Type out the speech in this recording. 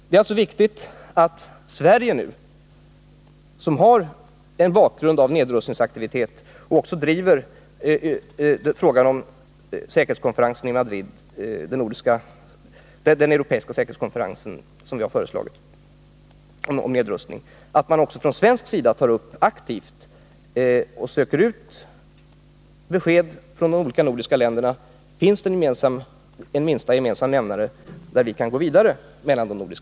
Det är alltså viktigt att Sverige, som har en bakgrund av nedrustningsaktivitet och driver frågan om nedrustning vid den europeiska säkerhetskonferensen i Madrid, söker få fram besked från de andra nordiska länderna, om det finns en minsta gemensam nämnare som visar en väg där vi kan gå vidare.